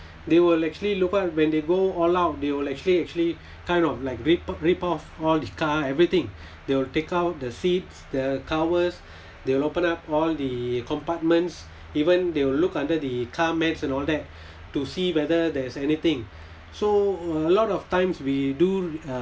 they will actually look at when they go all out they will actually actually kind of like rip rip off all the car everything they will take out the seats the covers they'll open up all the compartments even they will look under the car mats and all that to see whether there's anything so a lot of times we do uh